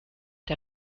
der